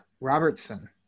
robertson